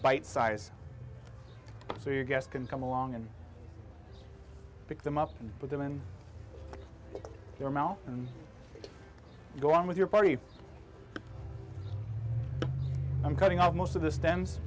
bite size so your guests can come along and pick them up and put them in your mouth and go on with your party i'm cutting out most of the stems